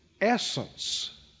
essence